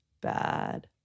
bad